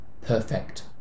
perfect